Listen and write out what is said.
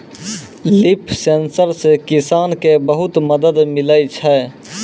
लिफ sensor से किसान के बहुत मदद मिलै छै